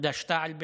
וחד"ש-תע"ל בעיקר.